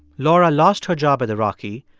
laura lost her job at the rocky,